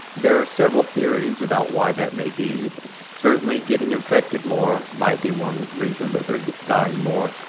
there are several theories about why that may be certainly getting infected, more might be one reason that they're dying more.